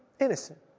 innocent